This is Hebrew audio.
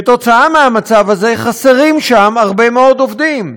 כתוצאה מהמצב הזה חסרים שם הרבה מאוד עובדים.